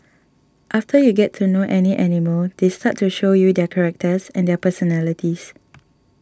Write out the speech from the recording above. after you get to know any animal they start to show you their characters and their personalities